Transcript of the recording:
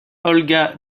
olga